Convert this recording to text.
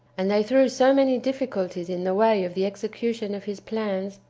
and they threw so many difficulties in the way of the execution of his plans,